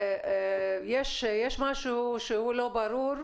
יש משהו שהוא לא ברור,